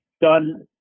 done